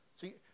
See